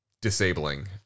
disabling